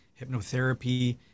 hypnotherapy